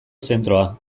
zentroa